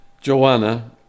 Joanna